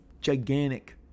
gigantic